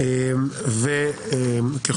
הצעת חוק